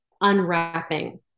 unwrapping